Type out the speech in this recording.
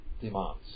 demands